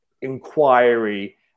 inquiry